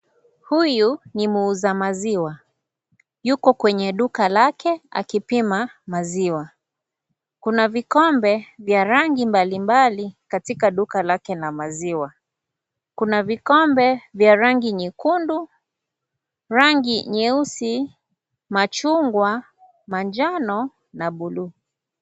Huyu ni muuza maziwa yuko kwenye duka lake akipima maziwa . Kuna vikombe vya rangi mbalimbali katika duka lake la maziwa. Kuna vikombe vya rangi nyekundu, rangi nyeusi , machungwa ,manjano na bluu.